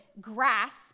grasp